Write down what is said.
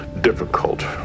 difficult